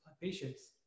patients